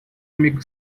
amigo